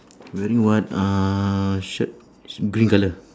wearing what uh shirt it's green colour